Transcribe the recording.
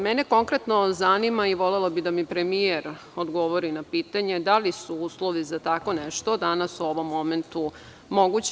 Mene konkretno zanima i volela bih da mi premijer odgovori na pitanje – da li su uslovi za tako nešto danas u ovom momentu mogući?